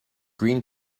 green